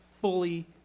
fully